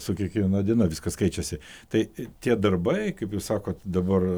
su kiekviena diena viskas keičiasi tai tie darbai kaip jūs sakot dabar